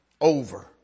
over